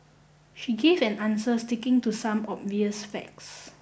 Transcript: she give an answer sticking to some obvious facts